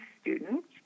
students